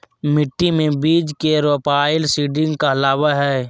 मिट्टी मे बीज के रोपाई सीडिंग कहलावय हय